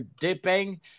dipping